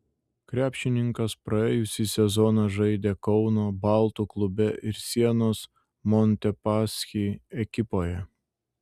krepšininkas praėjusį sezoną žaidė kauno baltų klube ir sienos montepaschi ekipoje